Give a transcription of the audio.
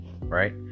right